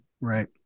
Right